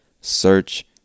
search